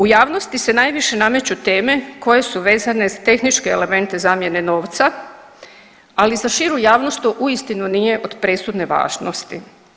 U javnosti se najviše nameću teme koje su vezane za tehničke elemente zamjene novca, ali za širu javnost to uistinu nije od presudne važnosti.